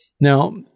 Now